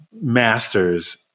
master's